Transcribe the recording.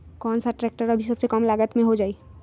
कौन सा ट्रैक्टर अभी सबसे कम लागत में हो जाइ?